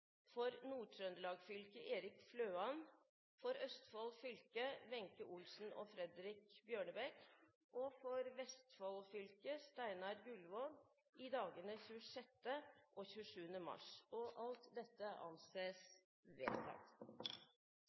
fylke: Erik FløanFor Østfold fylke: Wenche Olsen og Fredrik BjørnebekkFor Vestfold fylke: Steinar Gullvåg